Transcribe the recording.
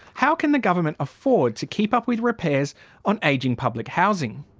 how can the government afford to keep up with repairs on ageing public housing?